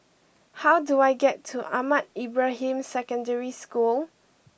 how do I get to Ahmad Ibrahim Secondary School